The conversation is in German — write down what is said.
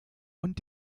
und